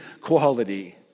quality